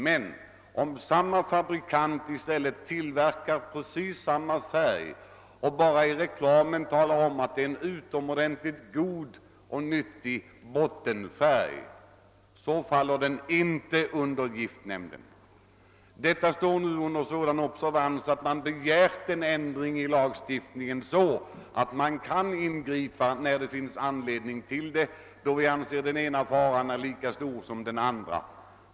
Men om fabrikanten tillverkar precis samma färg och i reklamen bara talar om att den är en utomordentligt bra bottenfärg, så faller inie ärendet under giftnämnden. Detta problem befinner sig under observans, och man har begärt en ändring i lagstiftningen för att kunna ingripa även i sådana här ärenden när det finns anledning därtill. Vi anser att faran i det ena fallet är lika stor som i det andra.